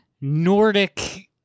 Nordic